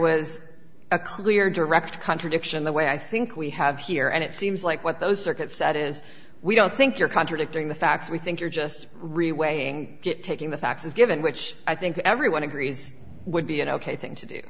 was a clear direct contradiction the way i think we have here and it seems like what those circuits that is we don't i think you're contradicting the facts we think you're just really weighing it taking the facts as given which i think everyone agrees would be an ok thing to do